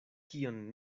kion